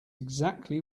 exactly